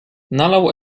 nalał